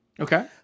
Okay